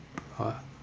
uh